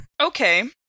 Okay